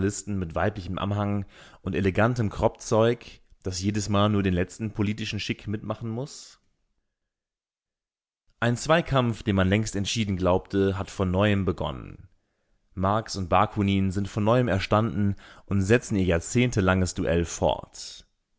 mit weiblichem anhang und elegantem kroppzeug das jedesmal nur den letzten politischen chic mitmachen muß ein zweikampf den man längst entschieden glaubte hat von neuem begonnen marx und bakunin sind von neuem erstanden und setzen ihr jahrzehntelanges duell fort